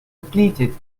depleted